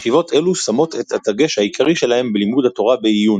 ישיבות אלו שמות את הדגש העיקרי שלהם בלימוד התורה בעיון.